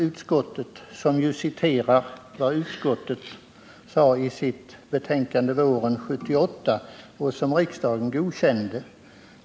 Utskottet citerar vad utskottet uttalade i sitt betänkande våren 1978, som riksdagen godkände.